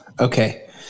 Okay